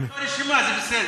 אנחנו מאותה רשימה, זה בסדר.